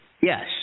Yes